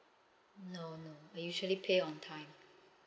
no no I usually pay on time